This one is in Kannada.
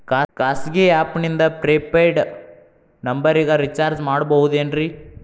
ಖಾಸಗಿ ಆ್ಯಪ್ ನಿಂದ ಫ್ರೇ ಪೇಯ್ಡ್ ನಂಬರಿಗ ರೇಚಾರ್ಜ್ ಮಾಡಬಹುದೇನ್ರಿ?